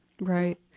Right